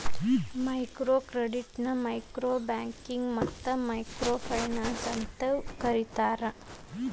micro ಕ್ರೆಡಿಟ್ನ micro banking ಮತ್ತ micro finance ಅಂತೂ ಕರಿತಾರ